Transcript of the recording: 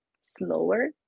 slower